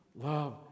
love